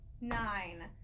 nine